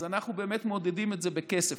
אז אנחנו באמת מעודדים את זה בכסף.